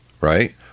right